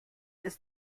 ist